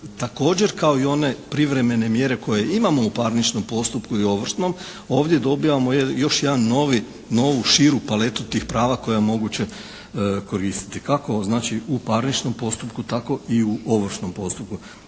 također kao i one privremene mjere koje imamo u parničnom postupku i ovršnom. Ovdje dobivamo još jedan novi, novu širu paletu tih prava koja je moguće koristiti. Kako znači u parničnom postupku tako i u ovršnom postupku.